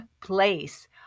place